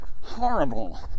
horrible